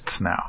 now